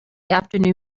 afternoon